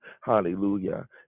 Hallelujah